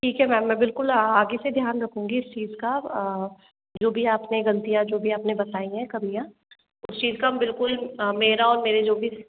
ठीक है मैम मैं बिल्कुल आगे से ध्यान रखूंगी इस चीज़ का जो भी आप ने गलतियाँ जो भी आपने बताई हैं कमियाँ उस चीज का हम बिल्कुल मेरा और मेरे जो भी